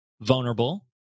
vulnerable